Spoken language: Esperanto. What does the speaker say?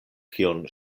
kion